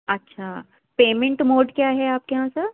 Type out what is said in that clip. اچھا payment mode کیا ہے آپ یہاں سر